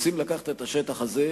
רוצים לקחת את השטח הזה,